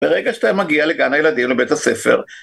ברגע שאתה מגיע לגן הילדים לבית הספר.